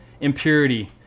impurity